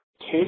case